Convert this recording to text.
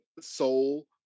Soul